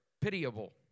Pitiable